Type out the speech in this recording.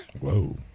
Whoa